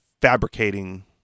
fabricating